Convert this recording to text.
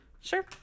Sure